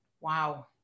Wow